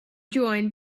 join